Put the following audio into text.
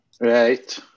Right